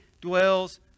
dwells